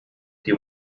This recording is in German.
die